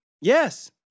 Yes